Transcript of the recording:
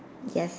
yes